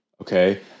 Okay